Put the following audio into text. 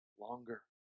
longer